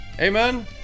amen